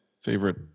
favorite